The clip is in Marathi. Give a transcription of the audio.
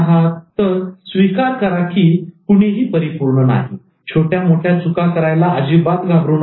तर स्वीकार करा की कुणीही परिपूर्ण नाही आणि छोट्या मोठ्या चुका करायला अजिबात घाबरू नका